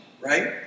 right